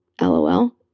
LOL